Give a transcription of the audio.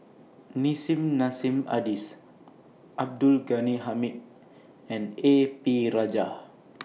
Nissim Nassim Adis Abdul Ghani Hamid and A P Rajah